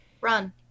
Run